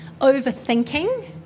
overthinking